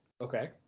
Okay